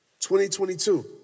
2022